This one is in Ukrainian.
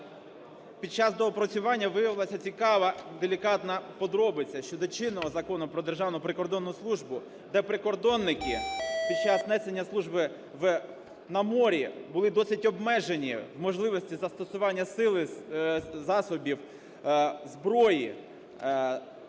Під час доопрацювання виявилася цікава делікатна подробиця щодо чинного Закону про Державну прикордонну службу, де прикордонники під час несення служби на морі були досить обмежені в можливості застосування сили, засобів, зброї,